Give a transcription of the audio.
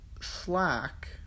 Slack